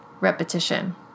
Repetition